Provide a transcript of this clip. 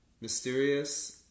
mysterious